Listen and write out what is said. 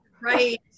right